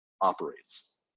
operates